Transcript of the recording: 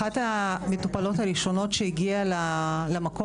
אחת המטופלות הראשונות הגיעה למקום